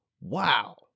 wow